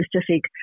specific